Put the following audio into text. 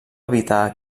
evitar